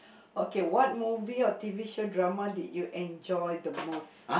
okay what movie or t_v show drama did you enjoy the most